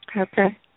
Okay